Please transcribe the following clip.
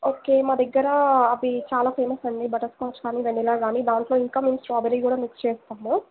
okay మా దగ్గర అవి చాలా ఫేమస్ అండి బటర్స్కాచ్ కానీ వెనీల కానీ దాంట్లో ఇంకా మేము స్ట్రాబెరీ కూడా మిక్స్ చేస్తాము